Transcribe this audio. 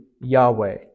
Yahweh